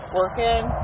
working